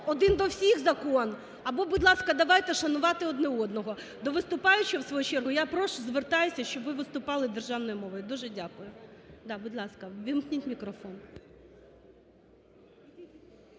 один до всіх закон, або, будь ласка, давайте шанувати один одного. До виступаючого, в свою чергу, я прошу, звертаюся, щоб ви виступали державною мовою. Дуже дякую. Да, будь ласка, ввімкніть мікрофон.